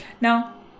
Now